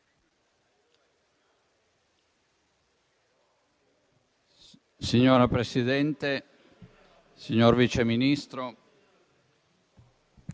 Signor Presidente, signor Vice Ministro,